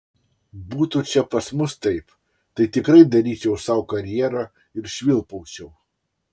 būtų čia pas mus taip tai tikrai daryčiau sau karjerą ir švilpaučiau